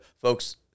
folks